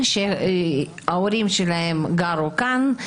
שההורים שלהם גרו כאן,